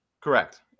Correct